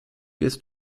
ist